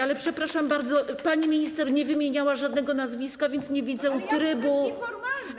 Ale przepraszam bardzo, pani minister nie wymieniała żadnego nazwiska, więc nie widzę trybu.